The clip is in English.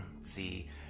see